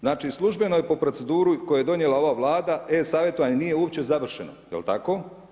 Znači, službeno je po proceduri koje je donijela ova vlada, e-savjetovanje nije uopće završeno, jel tako?